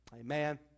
Amen